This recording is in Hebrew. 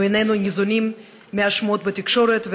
אנחנו איננו ניזונים מהשמועות בתקשורת,